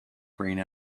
green